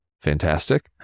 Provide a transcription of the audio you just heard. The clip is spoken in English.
fantastic